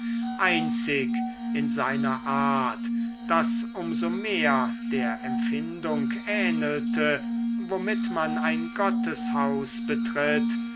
einzig in seiner art das um so mehr der empfindung ähnelte womit man ein gotteshaus betritt